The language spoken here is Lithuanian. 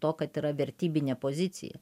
to kad yra vertybinė pozicija